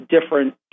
different